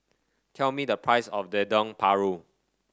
tell me the price of the Dendeng Paru